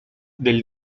del